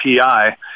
API